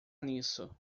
nisso